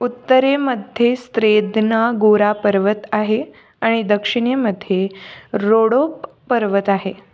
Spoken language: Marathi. उत्तरेमध्ये स्त्रेदना गोरा पर्वत आहे आणि दक्षिणेमध्ये रोडोप पर्वत आहे